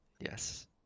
Yes